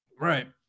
Right